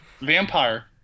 Vampire